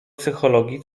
psychologii